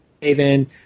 haven